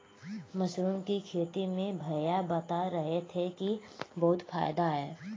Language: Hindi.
मशरूम की खेती में भैया बता रहे थे कि बहुत फायदा है